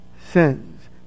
sins